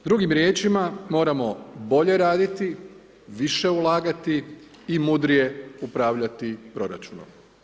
Drugim riječima moramo bolje raditi, više ulagati i mudrije upravljati proračunom.